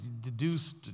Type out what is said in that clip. deduced